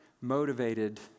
motivated